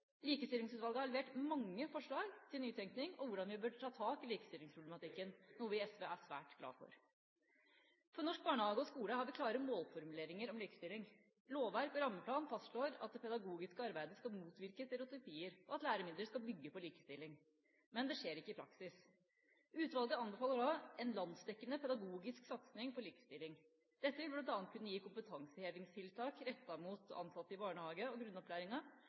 Likestillingsutvalget har levert mange forslag til nytenkning om hvordan vi bør ta tak i likestillingsproblematikken, noe vi i SV er svært glad for. For norsk barnehage og skole har vi klare målformuleringer om likestilling. Lovverk og rammeplaner fastslår at det pedagogiske arbeidet skal motvirke stereotypier, og at læremidler skal bygge på likestilling. Men dette skjer ikke i praksis. Utvalget anbefaler en landsdekkende pedagogisk satsing for likestilling. Dette vil bl.a. kunne gi kompetansehevingstiltak rettet mot ansatte i barnehager og grunnopplæringa,